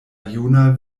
juna